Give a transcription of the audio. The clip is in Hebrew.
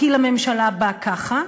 כי לממשלה בא ככה.